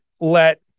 let